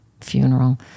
funeral